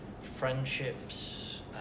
friendships